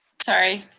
sorry.